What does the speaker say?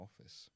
office